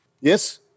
Yes